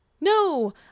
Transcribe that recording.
No